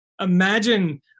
Imagine